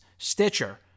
Stitcher